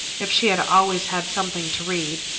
if she had always had something to read,